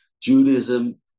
Judaism